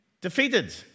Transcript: defeated